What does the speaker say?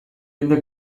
jende